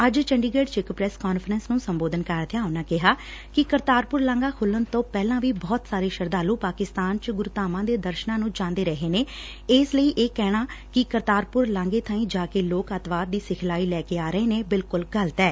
ਅੱਜ ਚੰਡੀਗੜੁ ਚ ਇਕ ਪ੍ਰੈਸ ਕਾਨਫਰੰਸ ਨੂੰ ਸੰਬੋਧਨ ਕਰਦਿਆਂ ਉਨੂਾਂ ਕਿਹਾ ਕਿ ਕਰਤਾਰਪੁਰ ਲਾਂਘਾ ਖੁੱਲਣ ਤੋਂ ਪਹਿਲਾਂ ਵੀ ਬਹੁਤ ਸਾਰੇ ਸ਼ਰਧਾਲੂ ਪਾਕਿਸਤਾਨ ਚ ਗੁਰੂਧਾਮਾਂ ਦੇ ਦਰਸਨਾਂ ਨੂੰ ਜਾਂਦੇ ਰਹੇ ਨੇ ਇਸ ਲਈ ਇਹ ਕਹਿਣਾ ਕਿ ਕਰਤਾਰਪੁਰ ਲਾਂਘੇ ਥਾਂਈ ਜਾ ਕੇ ਲੋਕ ਅੱਤਵਾਦ ਦੀ ਸਿਖਲਾਈ ਲੈ ਕੇ ਆ ਰਹੇ ਨੇ ਬਿਲਕੁੱਲ ਗਲਤ ਐ